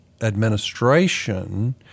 administration